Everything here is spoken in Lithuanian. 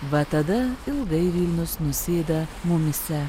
va tada ilgai vilnius nusėda mumyse